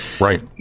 Right